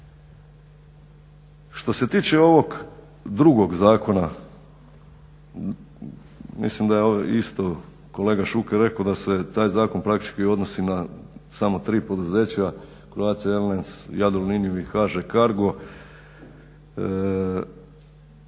Što se tiče ovog drugog zakona, mislim da je isto kolega Šuker rekao da se taj zakon praktički odnosi na samo tri poduzeća Croatia airlines, Jadroliniju i HŽ Cargo.